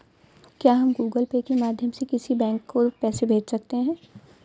क्या हम Google Pay के माध्यम से किसी बैंक को पैसे भेज सकते हैं?